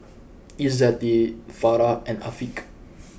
Izzati Farah and Afiq